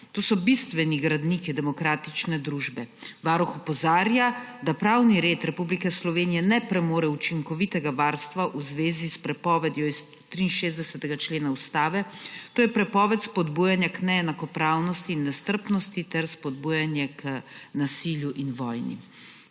To so bistveni gradniki demokratične družbe. Varuh opozarja, da pravni red Republike Slovenije ne premore učinkovitega varstva v zvezi s prepovedjo iz 63. člena Ustave, to je prepoved spodbujanja k neenakopravnosti in nestrpnosti ter spodbujanje k nasilju in vojni.